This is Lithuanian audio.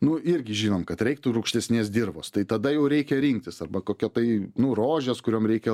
nu irgi žinom kad reiktų rūgštesnės dirvos tai tada jau reikia rinktis arba kokia tai nu rožės kuriom reikia